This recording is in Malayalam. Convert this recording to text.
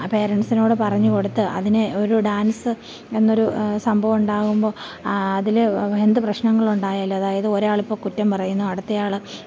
പേരൻറ്റ്സിനോട് പറഞ്ഞുകൊടുത്ത് അതിനെ ഒരു ഡാൻസ് എന്നൊരു സംഭവം ഉണ്ടാവുമ്പോള് അതില് എന്ത് പ്രശ്നങ്ങളുണ്ടായാലും അതായത് ഒരാള് ഇപ്പോള് കുറ്റം പറയുന്നു അടുത്തയാള്